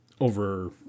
over